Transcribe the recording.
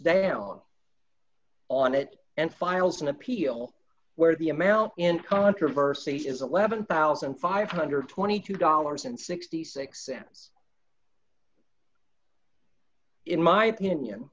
down on it and files an appeal where the amount in controversy is eleven thousand five hundred and twenty two dollars sixty six cents in my opinion